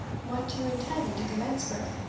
what do you intend to commence with?